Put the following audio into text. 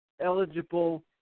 eligible